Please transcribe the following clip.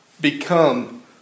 become